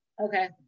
Okay